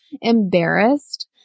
embarrassed